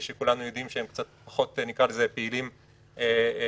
כשכולנו יודעים שהם קצת פחות פעילים בכנסת,